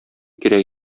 кирәк